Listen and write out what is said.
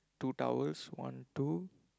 two towels one two